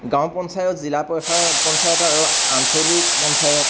গাঁও পঞ্চায়ত জিলা পঞ্চায়ত আৰু আঞ্চলিক পঞ্চায়ত